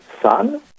son